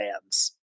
fans